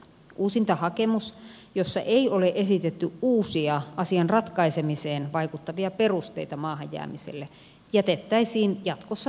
uusintahakemus jossa ei ole esitetty uusia asian ratkaisemiseen vaikuttavia perusteita maahan jäämiselle jätettäisiin jatkossa tutkimatta